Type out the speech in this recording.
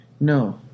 No